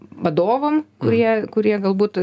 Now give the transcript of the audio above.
vadovam kurie kurie galbūt